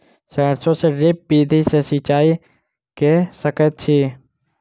सैरसो मे ड्रिप विधि सँ सिंचाई कऽ सकैत छी की?